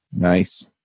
Nice